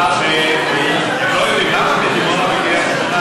למה בראשון לציון,